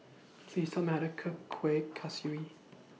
Please Tell Me How to Cook Kueh Kaswi